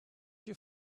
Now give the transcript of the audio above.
your